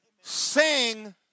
Sing